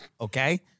okay